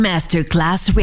Masterclass